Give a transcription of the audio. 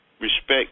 respect